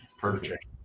Perfect